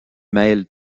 mêle